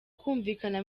kumvikana